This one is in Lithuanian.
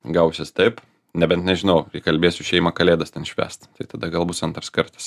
gausis taip nebent nežinau įkalbėsiu šeimą kalėdas ten švęst tai tada gal bus antras kartas